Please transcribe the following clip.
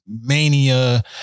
mania